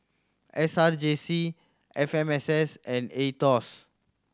S R J C F M S S and Aetos